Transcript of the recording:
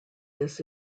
this